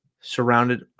surrounded